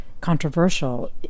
controversial